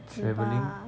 travelling